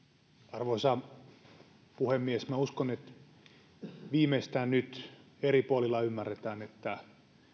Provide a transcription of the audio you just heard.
arvoisa puhemies uskon että viimeistään nyt eri puolilla ymmärretään että